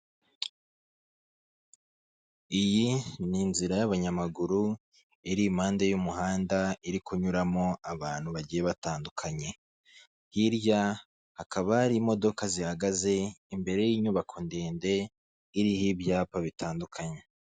Iyi ni inzira y'abanyamaguru iripande y'umuhanda iri kunyuramo abantu bagiye batandukanye, hirya hakaba hari imodoka zihagaze imbere y'inyubako ndende iriho ibyapa bitandukanye.